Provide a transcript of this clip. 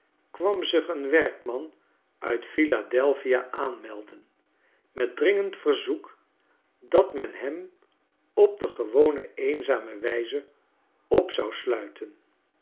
kwam zich een werkman uit philadelphia aanmelden met dringend verzoek dat men hem op de gewone eenzame wijze op zou sluiten